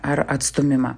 ar atstūmimą